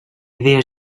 idea